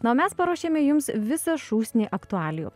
na o mes paruošėme jums visą šūsnį aktualijų